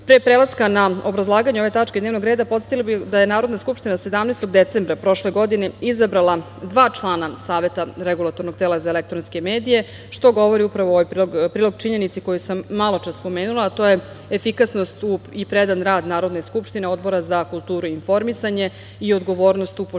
prelaska na obrazlaganje ove tačke dnevnog reda, podsetila bih da je Narodna skupština 17. decembra prošle godine izabrala dva člana Saveta Regulatornog tela za elektronske medije, što govori upravo u prilog činjenici koju sam maločas spomenula, a to je efikasnost i predan rad Narodne skupštine, Odbora za kulturu i informisanje i odgovornost u poštovanju